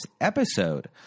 episode